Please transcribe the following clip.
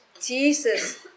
jesus